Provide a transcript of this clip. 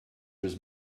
was